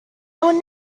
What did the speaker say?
would